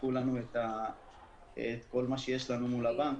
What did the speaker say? יקחו לנו את כל מה שיש לנו לבנק,